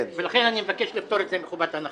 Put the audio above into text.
לכן, אני מבקש לפטור את זה מחובת הנחה.